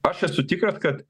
aš esu tikras kad